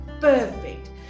perfect